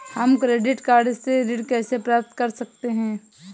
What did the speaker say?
हम credit card से ऋण कैसे प्राप्त कर सकते हैं?